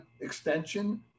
extension